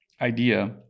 idea